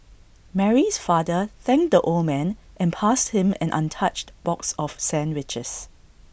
Mary's father thanked the old man and passed him an untouched box of sandwiches